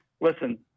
listen